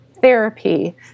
therapy